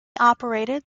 operated